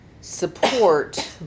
support